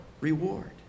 reward